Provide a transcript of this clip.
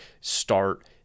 start